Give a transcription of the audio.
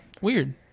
Weird